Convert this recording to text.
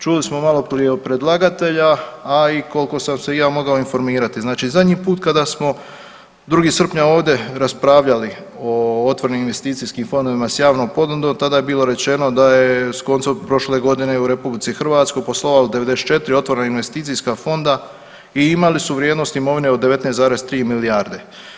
Čuli smo maloprije od predlagatelja a i koliko sam se i ja mogao informirati, znači zadnji put kad smo 2. srpnja ovdje raspravljali o otvorenim investicijskim fondovima s javnom ponudom, tada je bilo rečeno da je s koncem prošle godine u RH poslovalo 94 otvorena investicijska fonda i imali su vrijednost imovine od 19,3 milijarde.